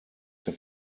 der